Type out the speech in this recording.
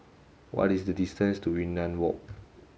what is the distance to Yunnan Walk